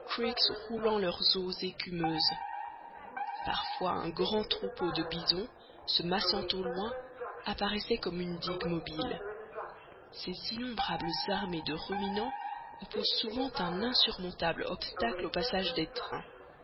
roulant leurs eaux écumeuses parfois un grand troupeau de bisons se massant au loin apparaissait comme une digue mobile ces innombrables armées de ruminants opposent souvent un insurmontable obstacle au passage des trains